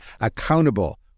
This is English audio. accountable